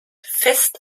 fest